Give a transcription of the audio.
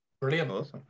Brilliant